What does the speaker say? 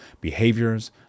behaviors